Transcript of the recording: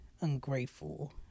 ungrateful